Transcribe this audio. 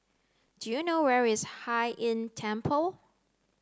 do you know where is Hai Inn Temple